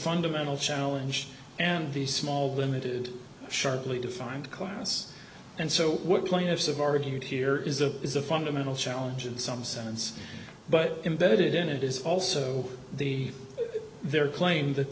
fundamental challenge and the small limited sharply defined class and so what plaintiffs have argued here is a is a fundamental challenges some sense but embedded in it is also the their claim that